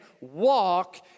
walk